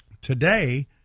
Today